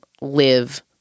live